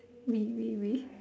we we we